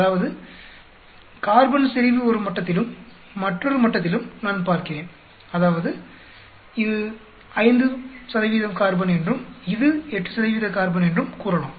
அதாவது கார்பன் செறிவு ஒரு மட்டத்திலும் மற்றொரு மட்டத்திலும் நான் பார்க்கிறேன் அதாவது இது 5 கார்பன் என்றும் இது 8 கார்பன் என்றும் கூறலாம்